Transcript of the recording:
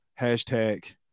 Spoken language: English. hashtag